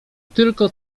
tylko